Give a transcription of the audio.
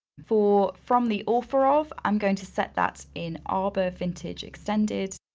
for from the author of, i'm going to set that in arber vintage extended,